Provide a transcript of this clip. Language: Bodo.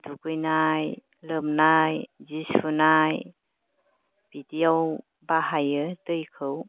दुगैनाय लोबनाय जि सुनाय बिदियाव बाहायो दैखौ